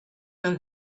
and